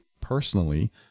personally